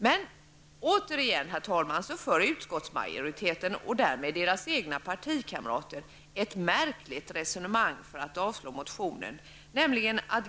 Men återigen för utskottsmajoriteten -- och därmed deras egna partikamrater -- ett märkligt resonemang för att avslå motionen.